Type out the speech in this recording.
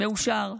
מאושר.